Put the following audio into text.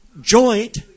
Joint